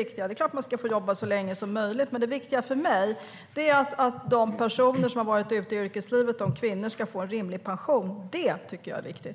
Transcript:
är klart att man ska få jobba så länge som möjligt, men det viktiga för mig är att de personer som har varit i yrkeslivet och kvinnor ska få en rimlig pension. Det tycker jag är viktigt.